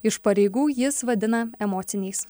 iš pareigų jis vadina emociniais